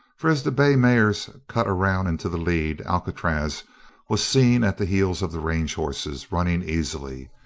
for as the bay mares cut around into the lead, alcatraz was seen at the heels of the range horses, running easily.